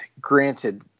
granted